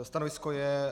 Stanovisko je...